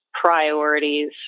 priorities